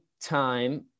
time